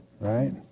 Right